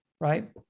right